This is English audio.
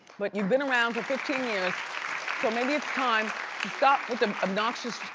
but you've been around for fifteen years so maybe it's time to stop with them obnoxious